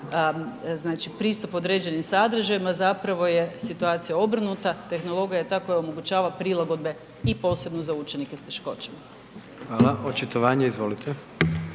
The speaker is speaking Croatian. pristup određenim sadržajima, zapravo je situacija obrnuta. Tehnologija je ta koja omogućava prilagodbe i posebno za učenike s teškoćama. **Jandroković, Gordan